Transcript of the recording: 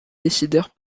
décidèrent